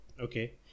Okay